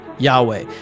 Yahweh